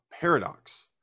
paradox